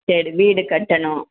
சரி வீடு கட்டணும்